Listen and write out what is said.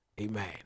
Amen